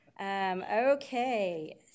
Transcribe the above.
Okay